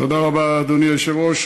תודה רבה, אדוני היושב-ראש.